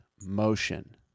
motion